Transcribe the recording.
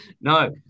no